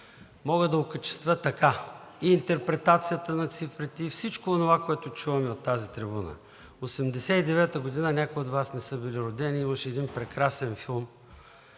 мога да окачествя така – и интерпретацията на цифрите, и всичко онова, което чуваме от тази трибуна. 1989 г. – някои от Вас не са били родени, имаше един прекрасен филм,